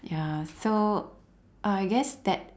ya so I guess that